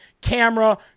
camera